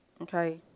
Okay